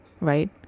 right